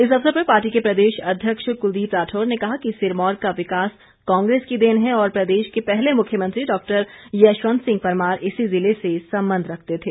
इस अवसर पर पार्टी के प्रदेश अध्यक्ष कलदीप राठौर ने कहा कि सिरमौर का विकास कांग्रेस की देन है और प्रदेश के पहले मुख्यमंत्री डॉक्टर यशवंत सिंह परमार इसी जिले से संबंध रखते थे